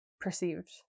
perceived